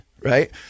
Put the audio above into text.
Right